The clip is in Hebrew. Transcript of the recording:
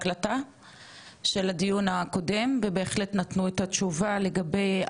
ובהחלט נתנו את התשובה לגבי הצרכים של אותה אוכלוסייה,